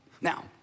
Now